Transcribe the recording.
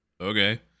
Okay